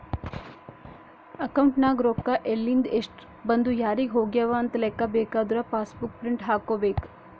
account ನಾಗ್ ರೊಕ್ಕಾ ಎಲಿಂದ್, ಎಸ್ಟ್ ಬಂದು ಯಾರಿಗ್ ಹೋಗ್ಯವ ಅಂತ್ ಲೆಕ್ಕಾ ಬೇಕಾದುರ ಪಾಸ್ ಬುಕ್ ಪ್ರಿಂಟ್ ಹಾಕೋಬೇಕ್